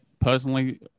personally